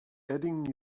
adding